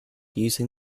using